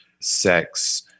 sex